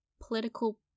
political